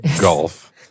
Golf